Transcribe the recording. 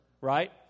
Right